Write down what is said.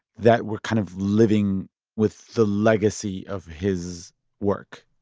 that we're kind of living with the legacy of his work?